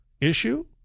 issue